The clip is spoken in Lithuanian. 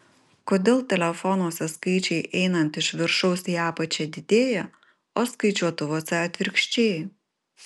kodėl telefonuose skaičiai einant iš viršaus į apačią didėja o skaičiuotuvuose atvirkščiai